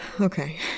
Okay